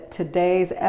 today's